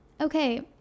Okay